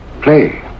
play